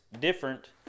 different